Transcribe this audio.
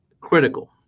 critical